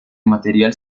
material